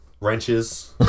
Wrenches